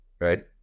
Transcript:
right